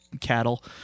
cattle